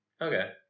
Okay